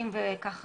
זה כמו השם שלה,